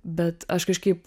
bet aš kažkaip